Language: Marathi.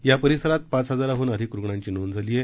या परिसरात पाच हजारांहन अधिक रुग्णांची नोंद झाली आहे